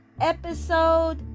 episode